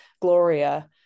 gloria